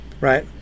right